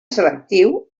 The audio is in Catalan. selectiu